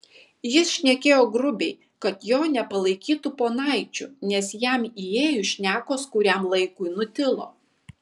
jis šnekėjo grubiai kad jo nepalaikytų ponaičiu nes jam įėjus šnekos kuriam laikui nutilo